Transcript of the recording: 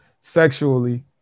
sexually